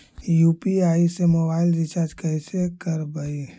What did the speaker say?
UPI से mobile recharge कैसे करबइ?